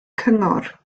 cyngor